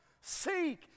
seek